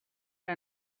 que